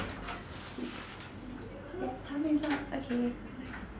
okay